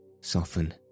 soften